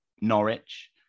Norwich